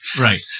Right